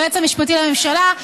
היועץ המשפטי לממשלה,